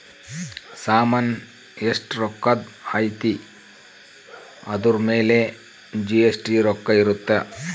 ಸಾಮನ್ ಎಸ್ಟ ರೊಕ್ಕಧ್ ಅಯ್ತಿ ಅದುರ್ ಮೇಲೆ ಜಿ.ಎಸ್.ಟಿ ರೊಕ್ಕ ಇರುತ್ತ